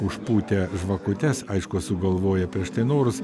užpūtę žvakutes aišku sugalvoję prieš tai norus